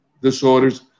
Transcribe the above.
disorders